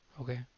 Okay